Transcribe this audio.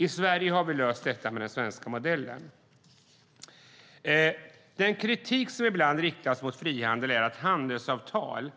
I Sverige har vi löst detta genom den svenska modellen. Den kritik som ibland riktas mot frihandeln är att handelsavtalen